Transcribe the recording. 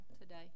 today